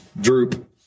Droop